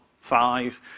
five